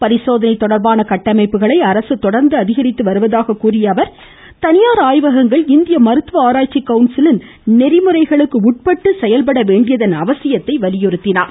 பரிசோதனை தொடர்பான கட்டமைப்புகளை அரசு தொடர்ந்து அதிகரித்து வருவதாக கூறிய அவர் இந்த தனியார் ஆய்வகங்கள் இந்திய மருத்துவ ஆராய்ச்சி கவுன்சிலின் நெறிமுறைகளுக்கு உட்பட்டு செயல்பட வேண்டியதன் அவசியத்தை வலியுறுத்தினார்